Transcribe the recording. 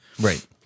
right